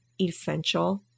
essential